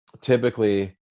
typically